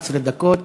11 דקות.